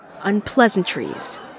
unpleasantries